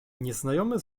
nieznajomy